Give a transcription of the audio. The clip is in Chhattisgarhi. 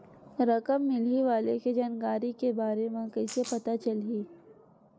रकम मिलही वाले के जानकारी के बारे मा कइसे पता चलही?